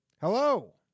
hello